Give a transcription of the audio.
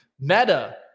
Meta